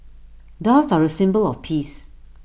doves are A symbol of peace